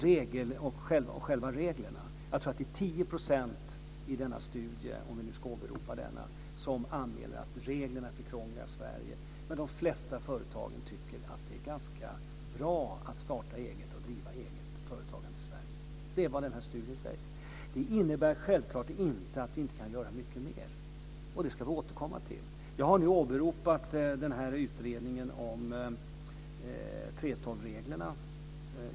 Jag tror att det är 10 % i denna studie, om vi nu ska åberopa denna, som anmäler att reglerna är krångliga i Sverige. De flesta företagen tycker att det är ganska bra att starta och driva eget företag i Sverige. Det är vad den här studien säger. Detta innebär självklart inte att vi inte kan göra mycket mer, och det ska vi återkomma till. Jag har nu åberopat utredningen om 3:12-reglerna.